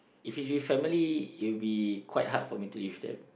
if it's with family it'll be quite hard for me to eat with them